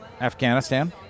Afghanistan